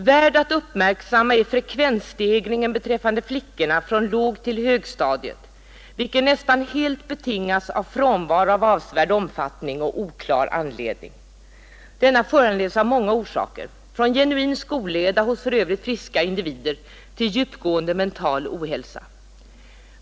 Värd att uppmärksamma är frekvensstegringen beträffande flickorna från lågtill högstadiet, vilken nästan helt betingas av frånvaro av avsevärd omfattning och oklar anledning. Denna föranleds av många orsaker, från genuin skolleda hos för övrigt friska individer till djupgående mental ohälsa.